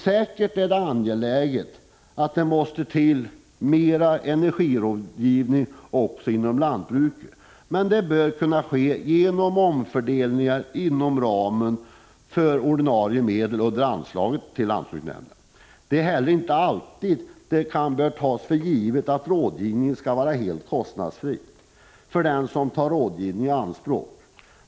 Det är säkert angeläget med mer energirådgivning också inom lantbruket, men sådan rådgivning bör kunna bekostas genom omfördelningar inom ramen för ordinarie medel under anslaget till lantbruksnämnderna. Det bör heller inte alltid tas för givet att rådgivningen skall vara helt kostnadsfri för den som tar rådgivningen i anspråk.